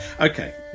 Okay